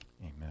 Amen